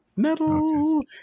Metal